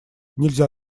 нельзя